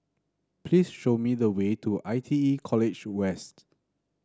please show me the way to I T E College West